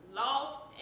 lost